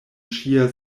ŝia